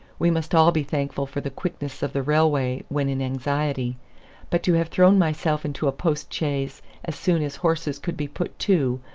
we must all be thankful for the quickness of the railway when in anxiety but to have thrown myself into a post-chaise as soon as horses could be put to,